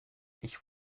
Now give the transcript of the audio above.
ich